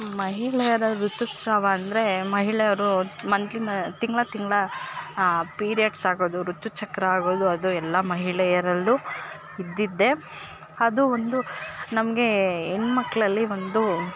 ಮಹಿಳೆಯರ ಋತುಸ್ರಾವ ಅಂದರೆ ಮಹಿಳೆಯರು ಮಂತ್ಲಿ ಮ ತಿಂಗಳು ತಿಂಗಳು ಪಿರೇಡ್ಸ್ ಆಗೋದು ಋತುಚಕ್ರ ಆಗೋದು ಅದು ಎಲ್ಲ ಮಹಿಳೆಯರಲ್ಲು ಇದ್ದಿದ್ದೆ ಅದು ಒಂದು ನಮಗೆ ಹೆಣ್ ಮಕ್ಕಳಲ್ಲಿ ಒಂದು